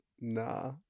Nah